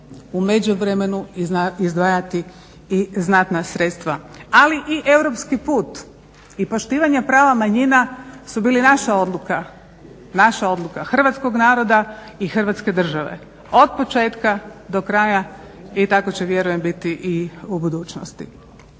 međuvremenu izdvajati i znatna sredstva. Ali i europski put i poštivanje prava manjina su bili naša odluka, naša odluka, hrvatskog naroda i Hrvatske države, od početka do kraja i tako će vjerujem biti u budućnosti.